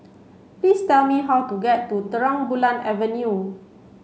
please tell me how to get to Terang Bulan Avenue